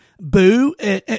boo